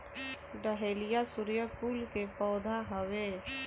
dahlia सूर्यकुल के पौधा हवे